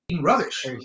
rubbish